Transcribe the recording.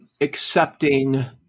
accepting